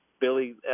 Billy